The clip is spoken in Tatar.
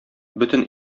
бөтен